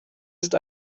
ist